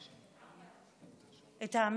האמת,